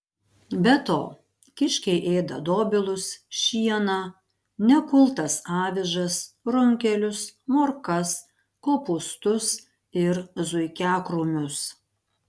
be to kiškiai ėda dobilus šieną nekultas avižas runkelius morkas kopūstus ir zuikiakrūmius